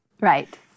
Right